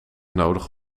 nodig